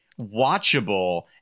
watchable